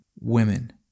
women